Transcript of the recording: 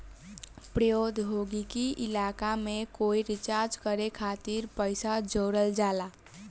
प्रौद्योगिकी के इलाका में कोई रिसर्च करे खातिर पइसा जोरल जाला